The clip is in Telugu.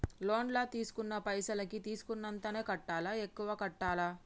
లోన్ లా తీస్కున్న పైసల్ కి తీస్కున్నంతనే కట్టాలా? ఎక్కువ కట్టాలా?